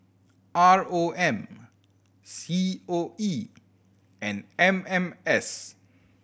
R O M C O E and M M S